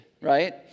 right